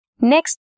Next